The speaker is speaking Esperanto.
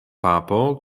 papo